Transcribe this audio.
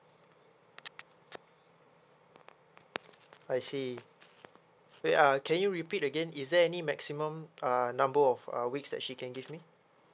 I see wait ah can you repeat again is there any maximum uh number of uh weeks that she can give me